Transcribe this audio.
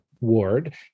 ward